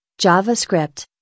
JavaScript